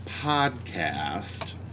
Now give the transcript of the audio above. podcast